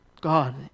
God